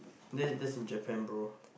that that is in Japan bro